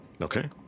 Okay